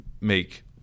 make